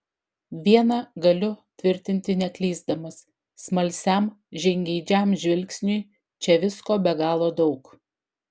viena galiu tvirtinti neklysdamas smalsiam žingeidžiam žvilgsniui čia visko be galo daug